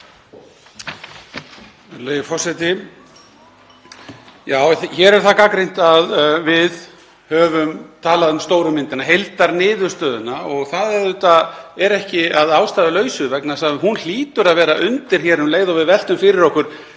forseti. Hér er það gagnrýnt að við höfum talað um stóru myndina, heildarniðurstöðuna, og það er ekki að ástæðulausu vegna þess að hún hlýtur að vera undir hér um leið og við veltum fyrir okkur